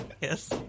Yes